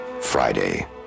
Friday